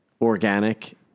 organic